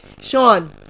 Sean